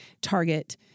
target